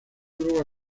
luego